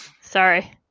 Sorry